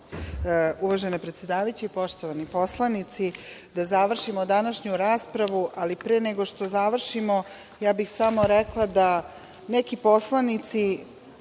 Uvažena predsedavajuća, poštovani poslanici, da završimo današnju raspravu. Ali, pre nego što završimo, samo bih rekla da neki poslanici